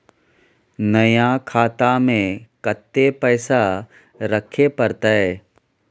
नया खाता में कत्ते पैसा रखे परतै?